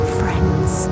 friends